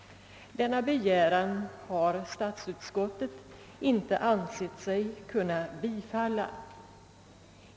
Denna begäran har statsutskottet inte ansett sig kunna biträda.